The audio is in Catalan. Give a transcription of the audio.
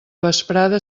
vesprada